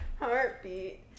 Heartbeat